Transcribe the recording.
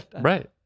right